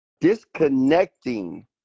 disconnecting